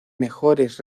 mejores